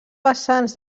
vessants